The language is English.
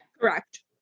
Correct